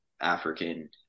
African